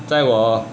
在我